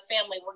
family